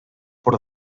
por